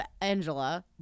Angela